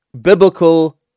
biblical